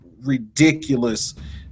ridiculous